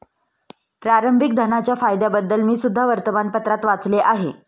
प्रारंभिक धनाच्या फायद्यांबद्दल मी सुद्धा वर्तमानपत्रात वाचले आहे